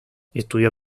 estudió